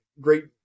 great